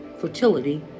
fertility